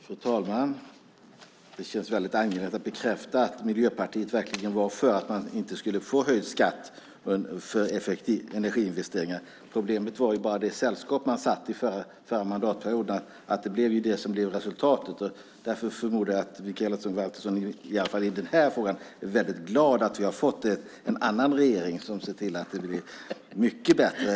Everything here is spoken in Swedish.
Fru talman! Det känns angeläget att bekräfta att Miljöpartiet verkligen var för att det inte skulle bli höjd skatt på energiinvesteringar. Problemet var bara det sällskap Miljöpartiet satt i förra mandatperioden. Det blev ju resultatet. Därför förmodar jag att Mikaela Valtersson i den här frågan är glad över att vi har fått en annan regering som ser till att det blir mycket bättre.